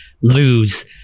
lose